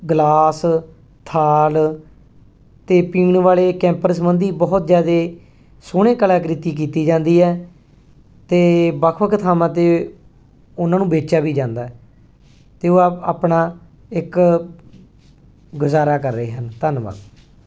glass ਥਾਲ ਅਤੇ ਪੀਣ ਵਾਲੇ ਕੈਂਪਰ ਸਬੰਧੀ ਬਹੁਤ ਜ਼ਿਆਦਾ ਸੋਹਣੇ ਕਲਾਕ੍ਰਿਤੀ ਕੀਤੀ ਜਾਂਦੀ ਹੈ ਅਤੇ ਵੱਖ ਵੱਖ ਥਾਵਾਂ 'ਤੇ ਉਹਨਾਂ ਨੂੰ ਵੇਚਿਆ ਵੀ ਜਾਂਦਾ ਅਤੇ ਉਹ ਆਪ ਆਪਣਾ ਇੱਕ ਗੁਜ਼ਾਰਾ ਕਰ ਰਹੇ ਹਨ ਧੰਨਵਾਦ